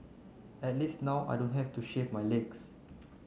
at least now I don't have to shave my legs